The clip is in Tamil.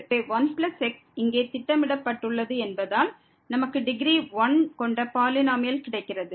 எனவே 1x இங்கே திட்டமிடப்பட்டுள்ளது என்பதால் நமக்கு டிகிரி 1 கொண்ட பாலினோமியல் கிடைக்கிறது